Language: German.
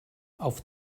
auf